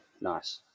nice